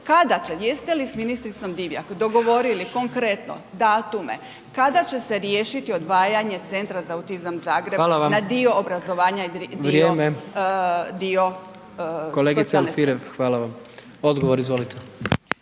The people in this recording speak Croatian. Kada će, jeste li s ministricom Divjak dogovorili konkretno datume, kada će se riješiti odvajanje Centra za autizam Zagreb .../Upadica: Hvala